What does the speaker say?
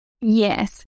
Yes